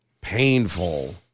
Painful